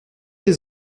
des